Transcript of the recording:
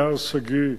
מהר שגיא,